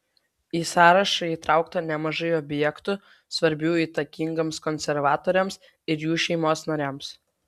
į sąrašą įtraukta nemažai objektų svarbių įtakingiems konservatoriams ir jų šeimos nariams